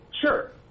Sure